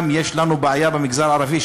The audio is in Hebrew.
יש לנו בעיה במגזר הערבי,